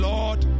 Lord